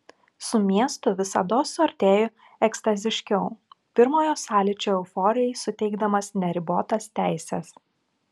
su miestu visados suartėju ekstaziškiau pirmojo sąlyčio euforijai suteikdamas neribotas teises